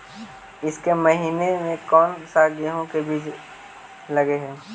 ईसके महीने मे कोन सा गेहूं के बीज लगे है?